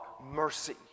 mercy